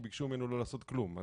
כי ביקשו ממני לא לעשות כלום.